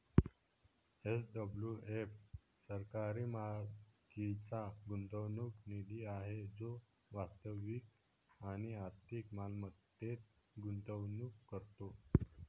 SWF सरकारी मालकीचा गुंतवणूक निधी आहे जो वास्तविक आणि आर्थिक मालमत्तेत गुंतवणूक करतो